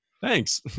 Thanks